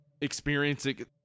experiencing